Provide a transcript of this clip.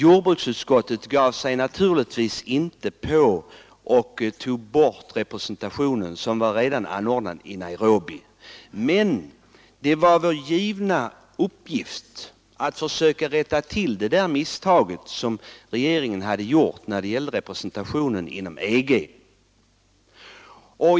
Jordbruksutskottet gav sig naturligtvis inte på att ta bort representationen som redan fanns anordnad i Nairobi, men det var vår givna uppgift att försöka rätta till det misstag som regeringen hade gjort när det gällde representationen inom EG.